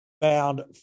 found